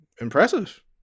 impressive